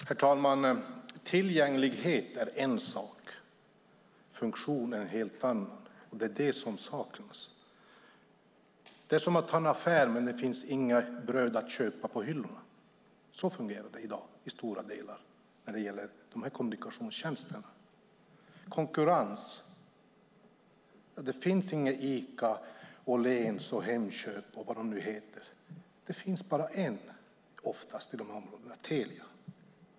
Herr talman! Tillgänglighet är en sak. Funktion är en helt annan sak. Det är det som saknas. Det är som att ha en affär där det inte finns några bröd på hyllorna att köpa. Så fungerar det i dag i stora delar när det gäller de här kommunikationstjänsterna. Konkurrens - det finns inte Ica, Åhléns och Hemköp och vad de nu heter. Det finns oftast bara en i de här områdena, Telia.